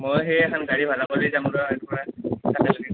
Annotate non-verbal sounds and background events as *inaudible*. মই হেই এখন গাড়ী ভাড়া কৰি যাম *unintelligible* একেলগে